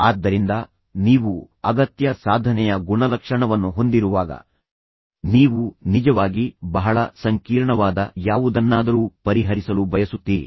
ಆದ್ದರಿಂದ ನೀವು ಅಗತ್ಯ ಸಾಧನೆಯ ಗುಣಲಕ್ಷಣವನ್ನು ಹೊಂದಿರುವಾಗ ನೀವು ನಿಜವಾಗಿ ಸರಳ ಸಮಸ್ಯೆಗಳನ್ನು ಕರಗತ ಮಾಡಿಕೊಳ್ಳಲು ಬಯಸುವುದಿಲ್ಲ ಆದರೆ ಬಹಳ ಸಂಕೀರ್ಣವಾದ ಯಾವುದನ್ನಾದರೂ ಪರಿಹರಿಸಲು ಬಯಸುತ್ತೀರಿ